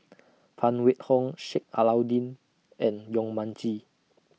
Phan Wait Hong Sheik Alau'ddin and Yong Mun Chee